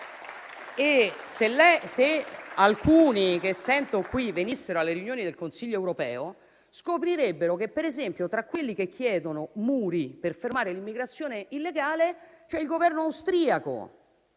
E, se alcuni che sento qui partecipassero alle riunioni del Consiglio europeo, scoprirebbero che, per esempio, tra quelli che chiedono muri per fermare l'immigrazione illegale c'è il Governo austriaco,